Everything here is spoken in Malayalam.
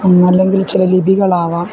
അല്ലെങ്കിൽ ചില ലിപികളാവാം